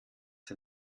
dir